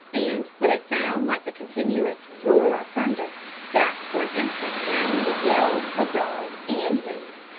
and, with a sound like the continuous roar of thunder that for an instant drowned the yell of dog and man,